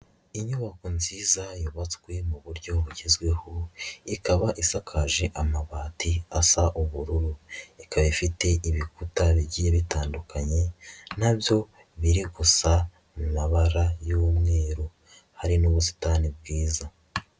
Inyubako nziza yubatswe mu buryo bugezweho, ikaba isakaje amabati asa ubururu. Ikaba ifite ibikuta bigiye bitandukanye, na byo biri gusa mu mabara y'umweru. Hari n'ubusitani bwiza.